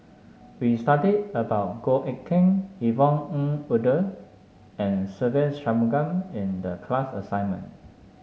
we studied about Goh Eck Kheng Yvonne Ng Uhde and Se Ve Shanmugam in the class assignment